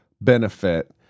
benefit